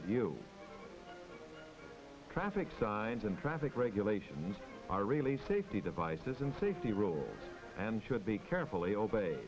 of you traffic signs and traffic regulations are really safety devices and safety rules and should be carefully obey